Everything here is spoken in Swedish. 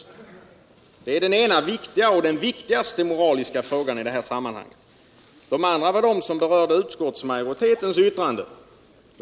Det är den ena viktiga, ja den viktigaste, moraliska frågan. De andra frågorna var de som berörde utskottsmajoritetens yttrande.